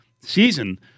season